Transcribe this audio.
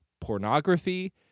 pornography